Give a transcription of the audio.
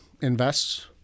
invests